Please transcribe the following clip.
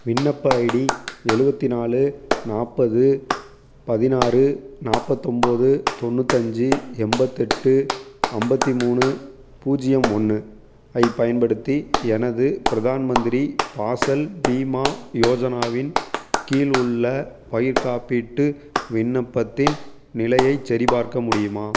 விண்ணப்ப ஐடி எழுவத்தி நாலு நாற்பது பதினாறு நாற்பத்தி ஒம்பது தொண்ணூத்தஞ்சு எண்பத்தெட்டு ஐம்பத்தி மூணு பூஜ்ஜியம் ஒன்று ஐ பயன்படுத்தி எனது பிரதான் மந்திரி பாசல் பீமா யோஜனாவின் கீழ் உள்ள பயிர் காப்பீட்டு விண்ணப்பத்தின் நிலையைச் சரிபார்க்க முடியுமா